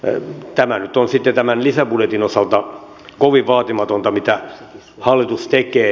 mutta tämä nyt on sitten tämän lisäbudjetin osalta kovin vaatimatonta mitä hallitus tekee